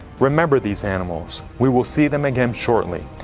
remember these animals, we will see them again shortly,